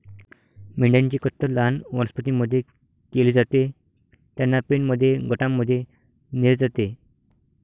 मेंढ्यांची कत्तल लहान वनस्पतीं मध्ये केली जाते, त्यांना पेनमध्ये गटांमध्ये नेले जाते